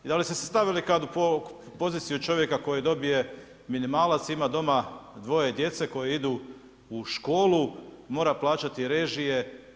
I da li ste se stavili kada u poziciju čovjeka koji dobije minimalac ima doma dvoje djece koje idu u školu, mora plaćati režije?